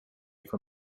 for